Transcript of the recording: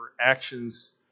actions